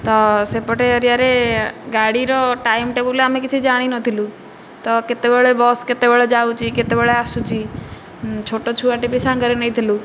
ତ ସେପଟ ଏରିଆରେ ଗାଡ଼ିର ଟାଇମ୍ ଟେବଲ୍ ଆମେ କିଛି ଜାଣିନଥିଲୁ ତ କେତେବେଳେ ବସ୍ କେତେବେଳେ ଯାଉଛି କେତେବେଳେ ଆସୁଛି ଛୋଟ ଛୁଆଟି ବି ସାଙ୍ଗରେ ନେଇଥିଲୁ